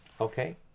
okay